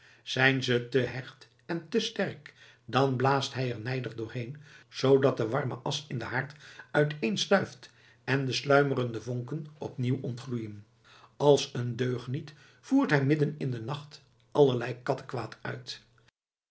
zijn ze te hecht en te sterk dan blaast hij er nijdig doorheen zoodat de warme asch in den haard uiteenstuift en de sluimerende vonken opnieuw ontgloeien als een deugniet voert hij midden in den nacht allerlei kattekwaad uit